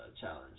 challenge